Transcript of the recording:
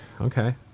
Okay